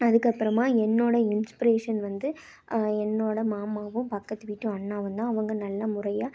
அதுக்கப்புறமாக என்னோடய இன்ஸ்பிரேஷன் வந்து என்னோடய மாமாவும் பக்கத்து வீட்டு அண்ணாவுந்தான் அவங்க நல்ல முறையாக